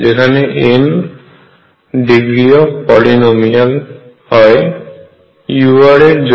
যেখানে n degree of polynomial হয় u এর জন্য